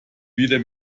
wieder